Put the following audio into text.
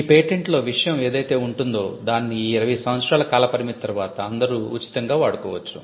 ఈ పేటెంట్లో విషయం ఏదైతే వుంటుందో దాన్ని ఈ 20 సంవత్సరాల కాల పరిమితి తర్వాత అందరూ ఉచితంగా వాడుకోవచ్చు